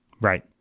Right